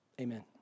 amen